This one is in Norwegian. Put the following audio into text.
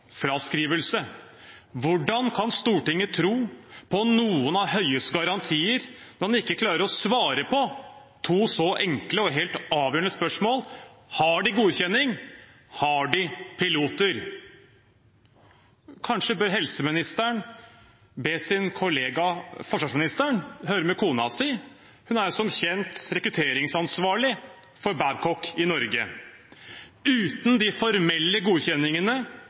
ansvarsfraskrivelse! Hvordan kan Stortinget tro på noen av Høies garantier når han ikke klarer å svare på to så enkle og helt avgjørende spørsmål: Har de godkjenning? Har de piloter? Kanskje bør helseministeren be sin kollega forsvarsministeren høre med kona si. Hun er jo som kjent rekrutteringsansvarlig for Babcock i Norge. Uten de formelle godkjenningene